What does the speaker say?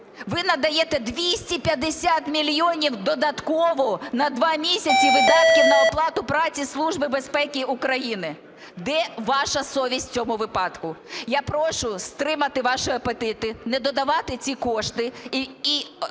Ви надаєте 250 мільйонів додатково на два місяці видатки на оплату праці Службі безпеки України. Де ваша совість в цьому випадку? Я прошу стримати ваші апетити, не додавати ці кошти,